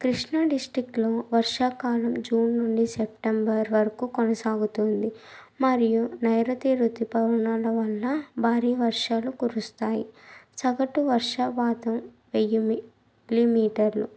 కృష్ణా డిస్టిక్లో వర్షాకాలం జూన్ నుండి సెప్టెంబర్ వరకు కొనసాగుతుంది మరియు నైరుతి రుతుపవనాల వల్ల భారీ వర్షాలు కురుస్తాయి సగటు వర్శాపాతం వెయ్యి మిల్లీమీటర్లు